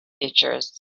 features